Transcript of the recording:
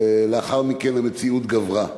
ולאחר מכן המציאות גברה.